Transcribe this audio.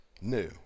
new